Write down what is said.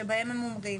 שבהם הם אומרים